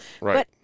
Right